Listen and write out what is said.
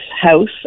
house